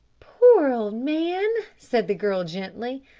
poor old man, said the girl gently.